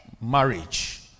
marriage